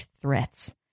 threats